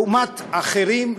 לעומת אחרים,